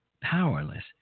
powerless